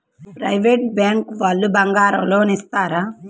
Private bank వాళ్ళు బంగారం loan ఇస్తారా?